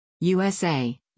USA